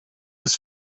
his